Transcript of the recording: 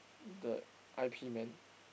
the I_P man